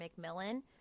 McMillan